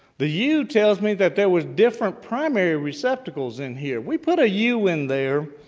the u tells me that there was different primary receptacles in here. we put a u in there,